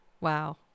Wow